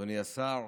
אדוני השר,